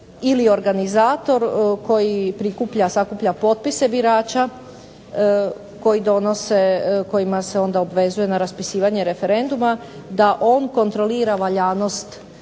ili organizator koji prikuplja, sakuplja potpise birača koji donose, kojima se onda obvezuje na raspisivanje referenduma, da on kontrolira valjanost